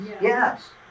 Yes